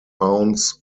ounce